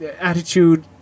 Attitude